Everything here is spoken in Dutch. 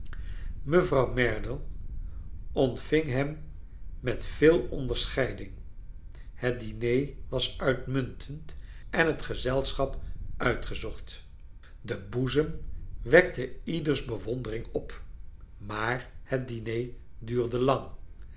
mevrouw merdle ontving hem met veel onderscheiding het diner was uitmuntend en het gezelsohap uitgezocht de boezem wekte ieders bewondering op maar het diner